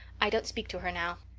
i don't speak to her now.